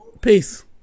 Peace